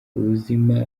ubuzima